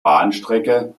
bahnstrecke